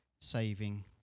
saving